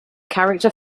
character